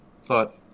thought